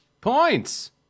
Points